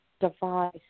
device